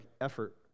effort